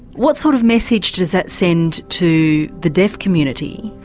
what sort of message does that send to the deaf community,